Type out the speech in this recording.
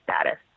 status